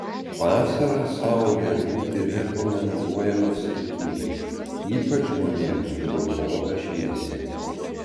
vasarą saulėje būti rekomenduojama saikingai ypač žmonėms kurių oda šviesi